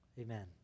amen